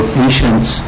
patients